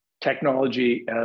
technology